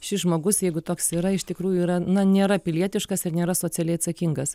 šis žmogus jeigu toks yra iš tikrųjų yra na nėra pilietiškas ir nėra socialiai atsakingas